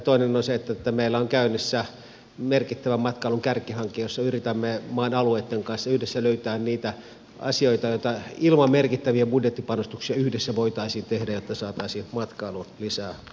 toinen on se että meillä on käynnissä merkittävä matkailun kärkihanke jossa yritämme maan alueitten kanssa yhdessä löytää niitä asioita joita ilman merkittäviä budjettipanostuksia yhdessä voitaisiin tehdä jotta saataisiin matkailuun lisää vauhtia